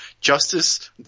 Justice